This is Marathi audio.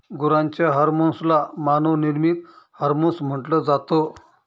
गुरांच्या हर्मोन्स ला मानव निर्मित हार्मोन्स म्हटल जात